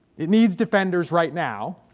it needs defenders right now.